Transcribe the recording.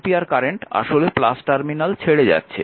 সুতরাং এই 8 ampere current আসলে টার্মিনাল ছেড়ে যাচ্ছে